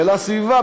ולסביבה,